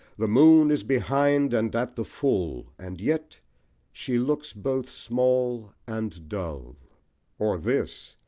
the moon is behind and at the full and yet she looks both small and dull or this,